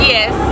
Yes